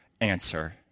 answer